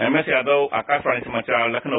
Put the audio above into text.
MS Yadav Akashvani समाचार लखनऊ